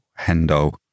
Hendo